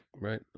Right